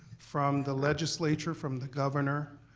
from the legislature from the governor,